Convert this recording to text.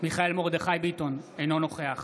מיכאל מרדכי ביטון, אינו נוכח